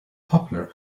popular